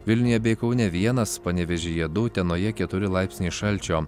vilniuje bei kaune vienas panevėžyje du utenoje keturi laipsniai šalčio